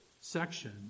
section